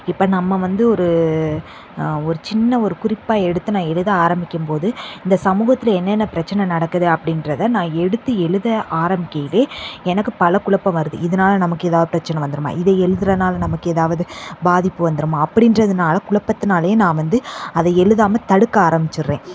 இப்போ நம்ம வந்து ஒரு ஒரு சின்ன ஒரு குறிப்பாக எடுத்து நான் எழுத ஆரம்பிக்கும்போது இந்த சமூகத்தில் என்னென்ன பிரச்சனை நடக்குது அப்படின்றத நான் எடுத்து எழுத ஆரம்பிக்கையிலேயே எனக்கு பல குழப்பம் வருது இதனால நமக்கு ஏதாவது பிரச்சனை வந்துடுமா இதை எழுதுறதனால நமக்கு ஏதாவது பாதிப்பு வந்துடுமா அப்படின்றதுனால குழப்பத்தினாலேயே நான் வந்து அதை எழுதாமல் தடுக்க ஆரம்பிச்சிடுறேன்